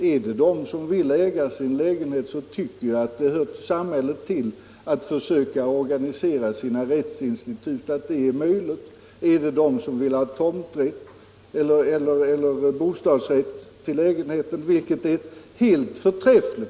Är det de som vill äga sin lägenhet, anser jag att det hör samhället till att försöka organisera sina rättsinstitut så att det blir möjligt. Är det de som vill ha bostadsrätt till lägenheten, bör samhället se till att det möjliggörs. Och jag skall gärna tillägga att bostadsrätten är helt förträfflig.